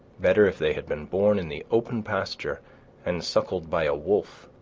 better if they had been born in the open pasture and suckled by a wolf,